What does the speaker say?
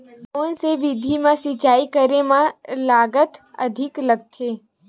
कोन सा विधि म सिंचाई करे म लागत अधिक लगथे?